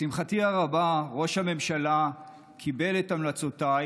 לשמחתי הרבה, ראש הממשלה קיבל את המלצותיי